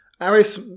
aris